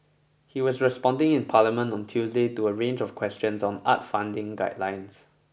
he was responding in Parliament on Tuesday to a range of questions on arts funding guidelines